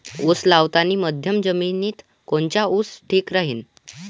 उस लावतानी मध्यम जमिनीत कोनचा ऊस ठीक राहीन?